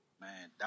Man